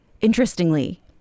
interestingly